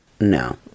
No